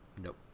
Nope